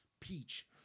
peach